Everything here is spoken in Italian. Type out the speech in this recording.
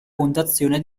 fondazione